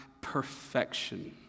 perfection